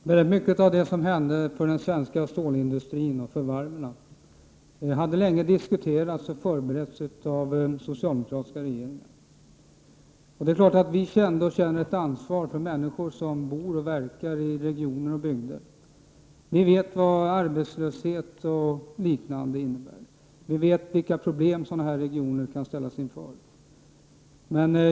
Fru talman! Mycket av det som hände när det gäller den svenska stålindustrin och varven hade länge diskuterats och förberetts av socialdemokratiska regeringar. Det är klart att vi kände och känner ett ansvar för dem som bor och verkar i olika regioner och bygder. Vi vet vad arbetslöshet innebär, vi vet vilka problem sådana här regioner kan ställas inför.